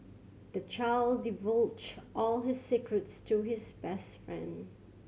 the child divulged all his secrets to his best friend